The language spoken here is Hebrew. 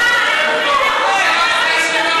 הרי הוא יותר זמן בחוץ מאשר בפנים.